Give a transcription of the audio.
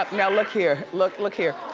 ah now look here, look look here.